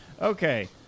Okay